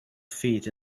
feet